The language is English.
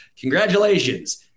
Congratulations